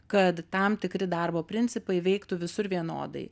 kad tam tikri darbo principai veiktų visur vienodai